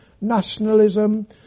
nationalism